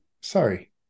sorry